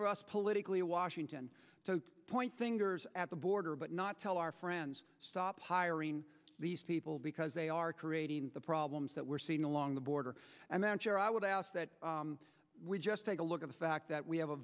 for us politically washington to point fingers at the border but not tell our friends stop hiring these people because they are creating the problems that we're seeing along the border and i'm sure i would ask that we just take a look at the fact that we have a